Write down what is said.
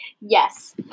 Yes